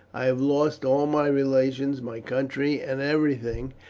i have lost all my relations, my country, and everything,